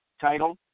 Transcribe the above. title